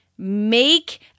make